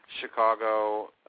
Chicago